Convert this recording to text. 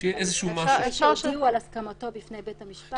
אפשר לחשוב שהודיעו על הסכמתו בפני בית המשפט.